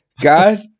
God